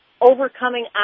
Overcoming